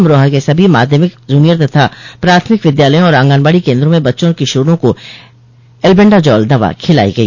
अमरोहा के सभी माध्यमिक जूनियर एवं प्राथमिक विद्यालयों और आंगनबाड़ी केन्द्रों में बच्चों और किशोरों को एल्बेंडाजॉल दवा खिलाई गई